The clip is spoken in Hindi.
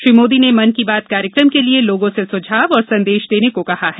श्री मोदी ने मन की बात कार्यक्रम के लिए लोगों से सुझाव और संदेश देने को कहा है